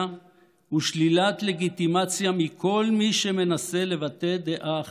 ושלילת לגיטימציה מכל מי שמנסה לבטא דעה אחרת,